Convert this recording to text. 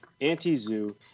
anti-zoo